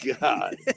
god